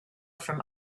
from